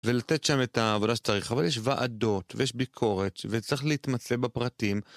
ולתת שם את העבודה שצריך, אבל יש ועדות, ויש ביקורת, וצריך להתמצא בפרטים.